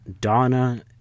donna